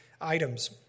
items